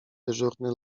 dyżurny